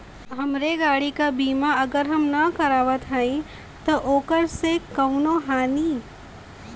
हमरे गाड़ी क बीमा अगर हम ना करावत हई त ओकर से कवनों हानि?